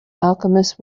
alchemist